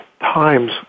times